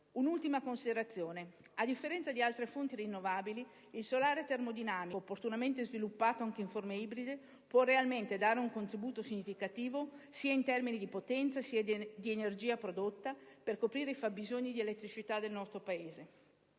Un'ultima considerazione: a differenza di altre fonti rinnovabili, il solare termodinamico, opportunamente sviluppato anche in forme ibride, può realmente dare un contributo significativo sia in termini di potenza sia di energia prodotta per coprire i fabbisogni di elettricità del nostro Paese.